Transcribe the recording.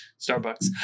Starbucks